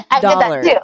dollar